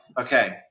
Okay